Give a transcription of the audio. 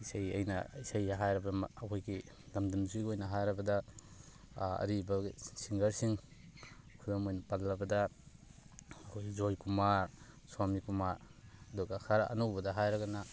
ꯏꯁꯩ ꯑꯩꯅ ꯏꯁꯩ ꯍꯥꯏꯔꯕ ꯑꯩꯈꯣꯏꯒꯤ ꯂꯝꯗꯝꯁꯤꯒꯤ ꯑꯣꯏꯅ ꯍꯥꯏꯔꯕꯗ ꯑꯔꯤꯕ ꯁꯤꯡꯒꯔꯁꯤꯡ ꯈꯨꯗꯝ ꯑꯣꯏꯅ ꯄꯜꯂꯕꯗ ꯑꯩꯈꯣꯏ ꯖꯣꯏꯀꯨꯃꯥꯔ ꯁ꯭ꯋꯥꯃꯤꯀꯨꯃꯥꯔ ꯑꯗꯨꯒ ꯈꯔ ꯑꯅꯧꯕꯗ ꯍꯥꯏꯔꯒꯅ